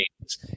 games